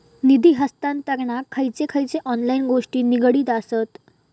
निधी हस्तांतरणाक खयचे खयचे ऑनलाइन गोष्टी निगडीत आसत?